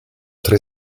tre